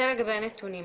זה לגבי הנתונים.